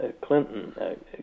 Clinton